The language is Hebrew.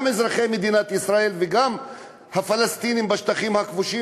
גם אזרחי מדינת ישראל וגם הפלסטינים בשטחים הכבושים,